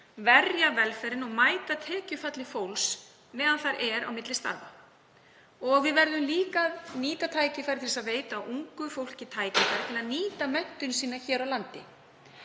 verja velferðina og mæta tekjufalli fólks meðan það er á milli starfa. Við verðum líka að veita ungu fólki tækifæri til að nýta menntun sína hér á landi.